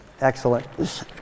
Excellent